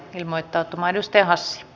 arvoisa puhemies